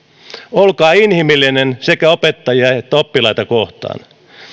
olkaa inhimillinen sekä opettajia että oppilaita kohtaan